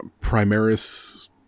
Primaris